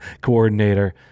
coordinator